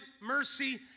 mercy